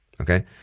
Okay